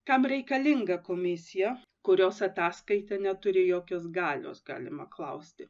kam reikalinga komisija kurios ataskaita neturi jokios galios galima klausti